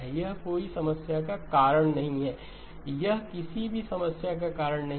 यह कोई समस्या का कारण नहीं है यह किसी भी समस्या का कारण नहीं है